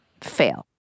fail